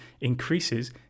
increases